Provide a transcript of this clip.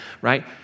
right